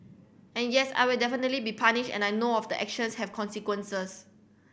and yes I will definitely be punished and I know of the actions have consequences